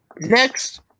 Next